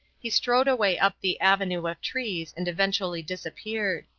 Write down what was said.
he strode away up the avenue of trees and eventually disappeared.